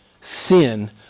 sin